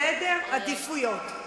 סדר עדיפויות.